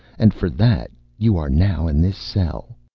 and for that you are now in this cell?